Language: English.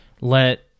let